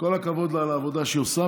כל הכבוד לה על העבודה שהיא עושה.